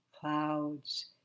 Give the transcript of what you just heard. clouds